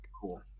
Cool